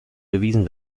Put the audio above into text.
bewiesen